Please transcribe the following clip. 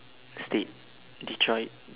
state detroit